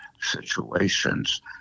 situations